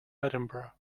edinburgh